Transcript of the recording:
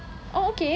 oh okay